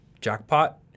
jackpot